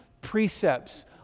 precepts